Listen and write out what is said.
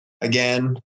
again